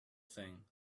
thing